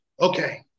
Okay